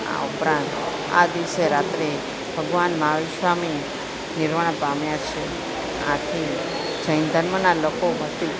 આ ઉપરાંત આ દિવસે રાત્રે ભગવાન મહાવીર સ્વામી નિર્વાણ પામ્યા છે આથી જૈન ધર્મના લોકો વતી